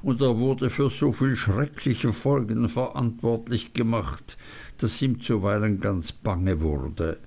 und er wurde für so viel schreckliche folgen verantwortlich gemacht daß ihm zuweilen ganz bange wurde